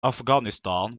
afghanistan